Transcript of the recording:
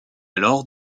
alors